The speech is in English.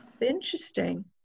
interesting